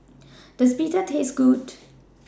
Does Pita Taste Good